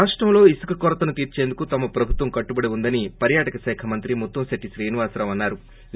రాష్టంలో ఇసుక కొరతను తీర్పేందుకు తమ ప్రభుత్వం కట్టుబడి ఉందని పర్వాటక శాఖ మంత్రి ముత్తంశెట్లి శ్రీనివాసరావు చెప్పారు